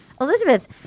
Elizabeth